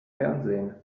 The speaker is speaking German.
fernsehen